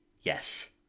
yes